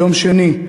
ביום שני,